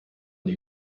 die